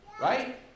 Right